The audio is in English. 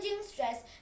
stress